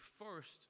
first